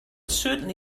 certainly